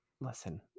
Listen